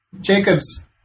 Jacobs